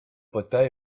partij